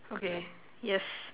okay yes